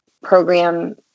program